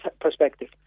perspective